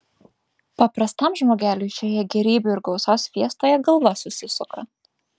paprastam žmogeliui šioje gėrybių ir gausos fiestoje galva susisuka